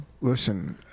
Listen